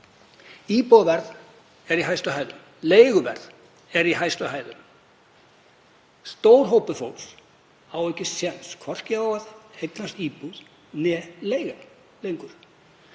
Íbúðaverð er í hæstu hæðum, leiguverð er í hæstu hæðum. Stór hópur fólks á ekki séns, hvorki á að eignast íbúð né leigja lengur.